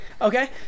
okay